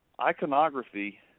Iconography